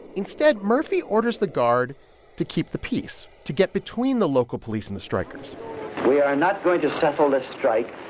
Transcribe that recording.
instead, murphy orders the guard to keep the peace, to get between the local police and the strikers we are not going to settle this strike